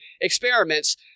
experiments